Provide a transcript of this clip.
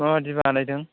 माबायदि बानायदों